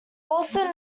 also